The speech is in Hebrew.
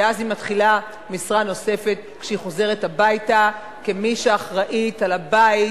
ואז היא מתחילה משרה נוספת כשהיא חוזרת הביתה כמי שאחראית לבית,